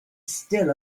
still